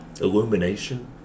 Illumination